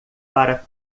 para